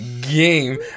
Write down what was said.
game